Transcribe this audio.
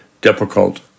difficult